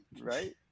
right